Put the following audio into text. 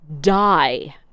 die